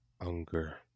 Unger